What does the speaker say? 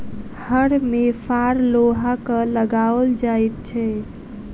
हर मे फार लोहाक लगाओल जाइत छै